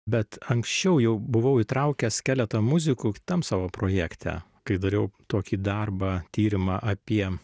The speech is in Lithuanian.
bet anksčiau jau buvau įtraukęs keletą muzikų kitam savo projekte kai dariau tokį darbą tyrimą apie